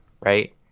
right